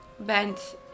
bent